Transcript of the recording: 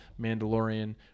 Mandalorian